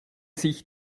sich